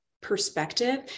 perspective